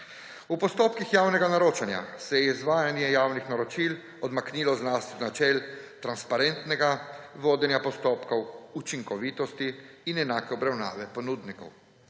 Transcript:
V postopkih javnega naročanja se je izvajanje javnih naročil odmaknilo od načel transparentnega vodenja postopkov, učinkovitosti in enake obravnave ponudnikov.